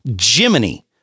Jiminy